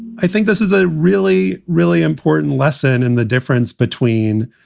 i think this is a really, really important lesson in the difference between,